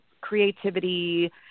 creativity